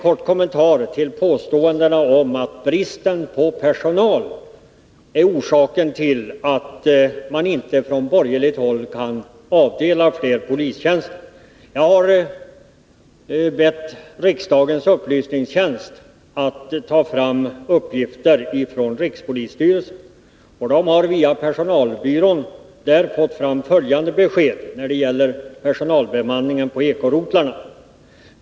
Sedan en kommentar till påståendena från borgerligt håll om att orsaken till att man inte kan avdela fler polistjänster till ekorotlarna är brist på personal. Jag har bett riksdagens upplysningstjänst att ta fram uppgifter från rikspolisstyrelsen, och via personalbyrån där har jag fått följande besked om bemanningen på ekorotlarna.